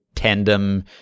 tandem